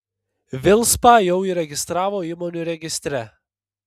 vilspą jau įregistravo įmonių registre